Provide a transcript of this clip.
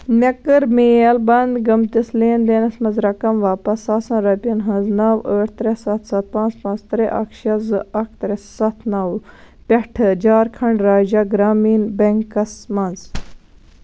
مےٚ کٔر میل بنٛد گٔمۍتِس لین دینس منٛز رَقم واپس ساسَن رۄپیَن ہٕنٛز نَو ٲٹھ ترٛےٚ سَتھ سَتھ پانٛژھ پانٛژھ ترٛےٚ اَکھ شےٚ زٕ اَکھ ترٛےٚ سَتھ نَو پٮ۪ٹھہٕ جھارکھنٛڈ راجا گرٛامیٖن بٮ۪نٛکَس منٛز